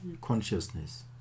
consciousness